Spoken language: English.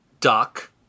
Duck